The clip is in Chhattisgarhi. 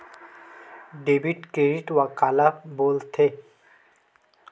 डेबिट क्रेडिट काला बोल थे?